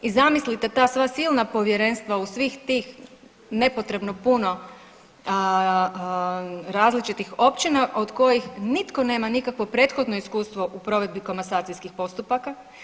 I zamislite ta sva silna povjerenstva u svih tih nepotrebno puno različitih općina od kojih nitko nema nikakvo prethodno iskustvo u provedbi komasacijskih postupaka.